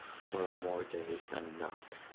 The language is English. for more days than not,